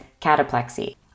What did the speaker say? cataplexy